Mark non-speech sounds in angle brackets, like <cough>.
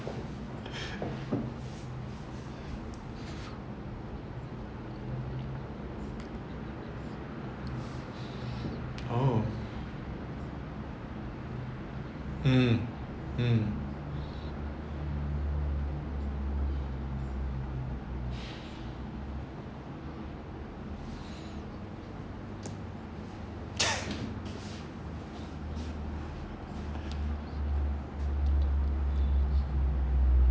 oh mm mm <laughs>